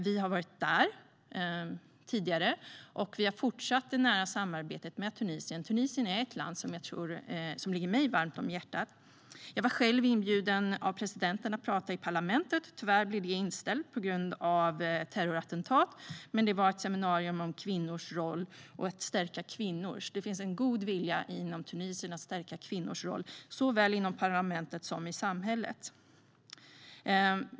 Vi har varit där tidigare, och vi har fortsatt det nära samarbetet med Tunisien. Tunisien är ett land som ligger mig varmt om hjärtat. Jag var själv inbjuden av presidenten att tala i parlamentet. Tyvärr blev det inställt på grund av terrorattentat, men det var ett seminarium om kvinnors roll och att stärka kvinnor. Det finns en god vilja inom Tunisien att stärka kvinnors roll såväl inom parlamentet som i samhället.